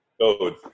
code